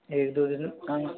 एक दो दिन कम